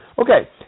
Okay